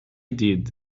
did